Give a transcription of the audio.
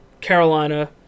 Carolina